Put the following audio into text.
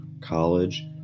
College